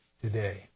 today